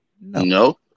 No